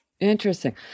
Interesting